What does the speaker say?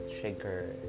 trigger